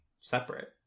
separate